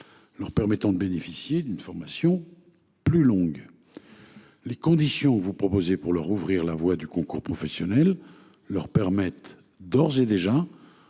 Leur permettant de bénéficier d'une formation. Plus longue. Les conditions vous proposez pour leur ouvrir la voie du concours professionnel leur permettent d'ores et déjà